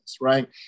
right